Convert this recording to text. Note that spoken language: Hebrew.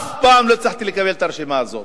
אף פעם לא הצלחתי לקבל את הרשימה הזאת.